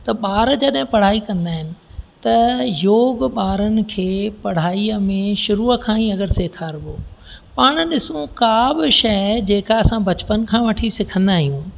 त ॿार जॾहिं पढ़ाई कंदा आहिनि त योग ॿारनि खे पढ़ाईअ में शुरूअ खां ई अगरि सेखारिबो पाणि ॾिसूं का बि शइ जेका असां बचपन खां वठी सिखंदा आहियूं